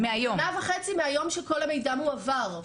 שנה וחצי מהיום שכל המידע מועבר.